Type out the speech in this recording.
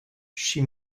she